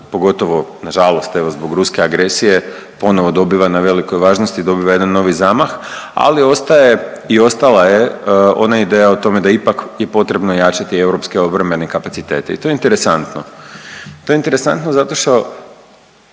pogotovo nažalost evo zbog ruske agresije ponovo dobiva na velikoj važnosti, dobiva jedan novi zamah, ali ostaje i ostala je ona ideja o tome da ipak je potrebno ojačati europske obrambene kapacitete i to je interesantno. To je interesantno zato što